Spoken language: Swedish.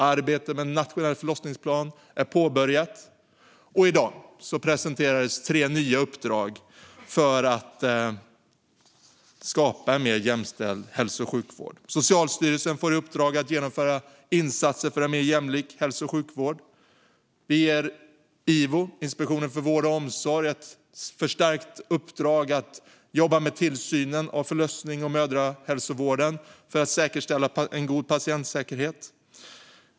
Arbetet med en nationell förlossningsplan är påbörjat, och i dag presenterades tre nya uppdrag med syfte att skapa en mer jämställd hälso och sjukvård. Socialstyrelsen får i uppdrag att genomföra insatser för en mer jämlik hälso och sjukvård. Vi ger Ivo, Inspektionen för vård och omsorg, ett förstärkt uppdrag att jobba med tillsynen av förlossnings och mödrahälsovården för att säkerställa en god patientsäkerhet.